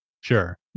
sure